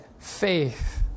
Faith